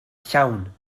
llawn